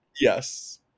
Yes